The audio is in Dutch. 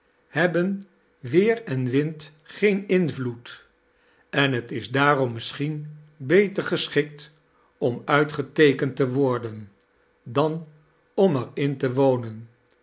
hebbein weer en wind geen invloed en t is daarom misschiem beter geschikt om uitgeteekend te worden dan om er in te wonen